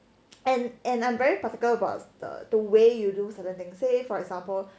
and and I'm very particular about the the way you do certain things say for example